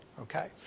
Okay